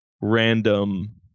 random